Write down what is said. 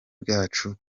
bwacu